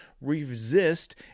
resist